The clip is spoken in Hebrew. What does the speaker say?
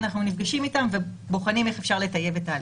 אנחנו נפגשים איתם ובוחנים איך אפשר לטייב את התהליך.